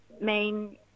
main